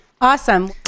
Awesome